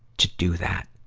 to do that.